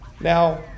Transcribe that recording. Now